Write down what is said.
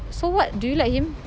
so what do you like him